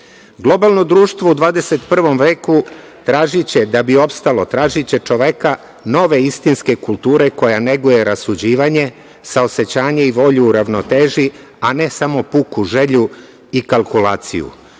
probleme. Globalno društvo u 21. veku tražiće, da bi opstalo, tražiće čoveka nove istinske kulture, koja neguje rasuđivanje, saosećanje i volju ravnoteži, a ne samo puku želju i kalkulaciju. Biće